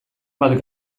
bat